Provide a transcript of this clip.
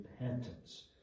repentance